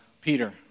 Peter